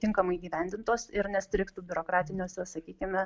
tinkamai įgyvendintos ir nestrigtų biurokratiniuose sakykime